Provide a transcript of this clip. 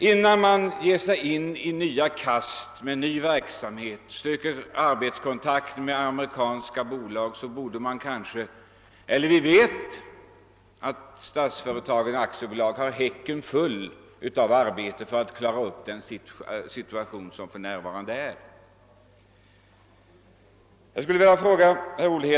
Innan man ger sig i kast med nya verksamheter och söker arbetskontakt med amerikanska bolag borde man väl i Statsföretag AB klara upp den nuvarande situationen! Där man har stora invecklade ekonomiska problem.